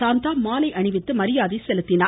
சாந்தா மாலை அணிவித்து மரியாதை செலுத்தினார்